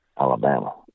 Alabama